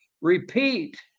repeat